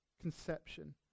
conception